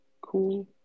Cool